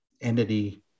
entity